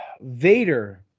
Vader